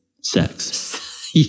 sex